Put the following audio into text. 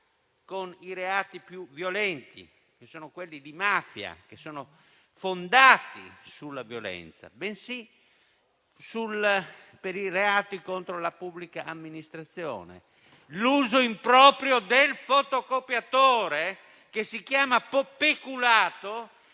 con quelli più violenti, i reati di mafia, che sono fondati sulla violenza, bensì per i reati contro la pubblica amministrazione. L'uso improprio del fotocopiatore, che si chiama peculato,